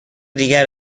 دیگر